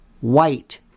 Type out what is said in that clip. White